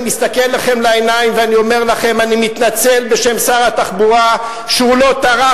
אני מסתכל לכם לעיניים ואני אומר לכם: אני מתנצל בשם שר התחבורה שלא טרח